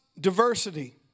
diversity